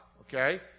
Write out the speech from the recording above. okay